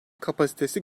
kapasitesi